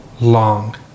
long